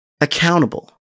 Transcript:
accountable